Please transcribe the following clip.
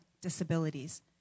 disabilities